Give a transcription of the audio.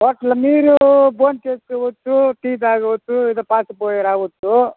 హోటలలో మీరు భోం చేసుకోవచ్చు టీ తాగవచ్చు ఇదో పాస్ పోయి రావచ్చు